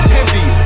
heavy